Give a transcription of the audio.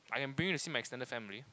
I am bringing to see my extended family